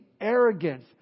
arrogance